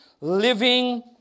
living